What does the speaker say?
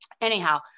Anyhow